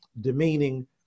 demeaning